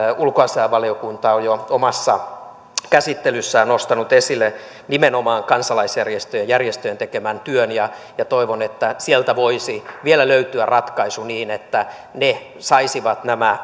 ulkoasiainvaliokunta on jo omassa käsittelyssään nostanut esille nimenomaan kansalaisjärjestöjen tekemän työn toivon että sieltä voisi vielä löytyä ratkaisu niin että ne saisivat